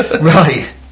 Right